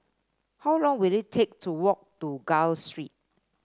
how long will it take to walk to Gul Street